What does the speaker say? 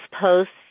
posts